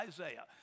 Isaiah